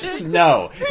no